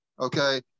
Okay